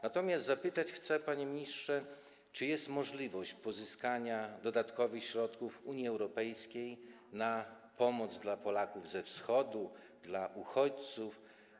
Natomiast chcę zapytać, panie ministrze, czy jest możliwość pozyskania dodatkowych środków Unii Europejskiej na pomoc dla Polaków ze Wschodu, dla uchodźców.